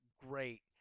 great